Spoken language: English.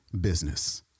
business